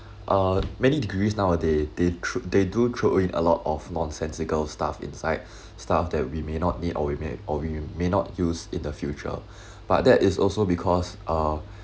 uh many degrees nowadays they thr~ they do throw in a lot of nonsensical stuff inside stuff that we may not need or we may or you may not use in the future but that is also because uh